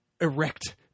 erect